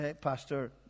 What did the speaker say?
pastor